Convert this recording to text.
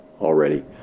already